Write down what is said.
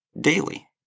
daily